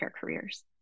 careers